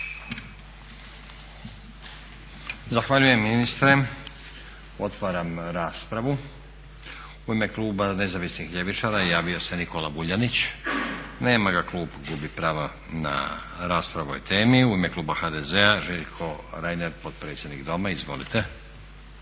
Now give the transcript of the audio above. Zahvaljujem ministre. Otvaram raspravu. U ime kluba Nezavisnih ljevičara javio se Nikola Vuljanić. Nema ga, klub gubi pravo na raspravu o ovoj temi. U ime kluba HDZ-a Željko Reiner potpredsjednik doma. Izvolite.